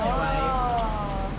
oo